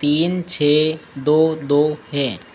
तीन छः दो दो है